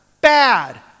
Bad